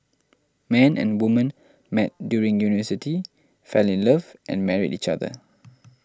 man and woman met during university fell in love and married each other